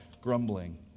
grumbling